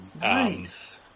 Nice